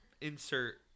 insert